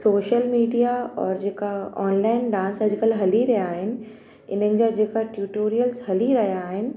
social media और जेका online dance अॼुकल्ह जेका हली रहिया आहिनि इन्हनि जा जेका ट्यूटोरिल्स हली रहिया आहिनि